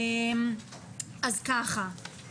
גברתי היושבת-ראש,